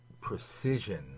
precision